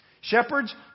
Shepherds